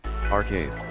Arcade